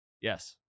Yes